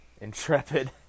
intrepid